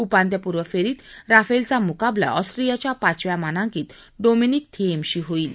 उपांत्यपूर्व फेरीत राफेलचा मुकाबला ऑस्ट्रियाच्या पाचव्या मानांकित डोमिनिक थिएमशी होईल